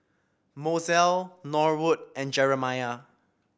Mozell Norwood and Jeremiah